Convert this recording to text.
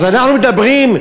אז אנחנו מדברים,